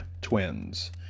twins